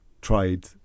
tried